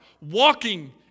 walking